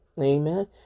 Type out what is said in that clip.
Amen